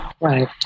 Right